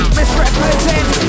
Misrepresent